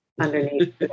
underneath